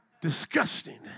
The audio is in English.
Disgusting